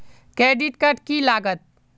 Credit card की लागत?